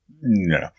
No